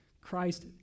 Christ